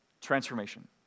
transformation